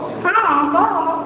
କଣ ହବ ହବ